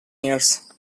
years